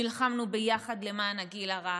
נלחמנו ביחד למען הגיל הרך,